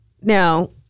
Now